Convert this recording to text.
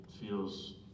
feels